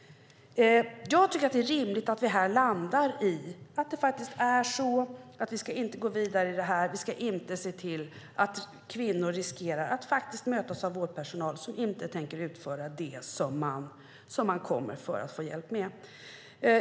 Jag tycker att det är rimligt att det här landar i att vi inte ska gå vidare i det här, att vi inte ska se till att kvinnor riskerar att mötas av vårdpersonal som inte tänker utföra det som man kommer för att få hjälp med.